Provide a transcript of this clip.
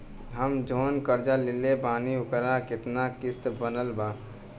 हम जऊन कर्जा लेले बानी ओकर केतना किश्त बनल बा?